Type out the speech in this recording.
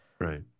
Right